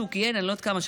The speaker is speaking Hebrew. אני לא יודעת כמה,